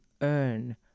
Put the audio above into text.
earn